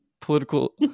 political